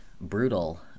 brutal